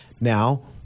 Now